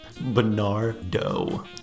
Bernardo